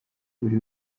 buri